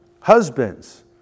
Husbands